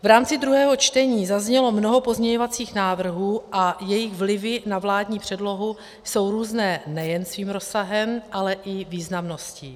V rámci druhého čtení zaznělo mnoho pozměňovacích návrhů a jejich vlivy na vládní předlohu jsou různé nejen svým rozsahem, ale i významností.